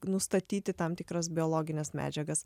nustatyti tam tikras biologines medžiagas